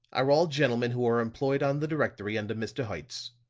are all gentlemen who are employed on the directory under mr. hertz.